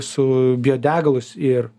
su biodegalus ir